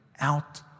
out